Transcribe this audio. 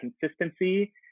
consistency